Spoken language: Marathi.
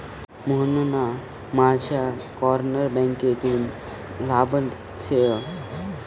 मोहनना माझ्या कॅनरा बँकेतून लाभार्थ्यांच्या यादीतून काढून टाका